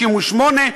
68%,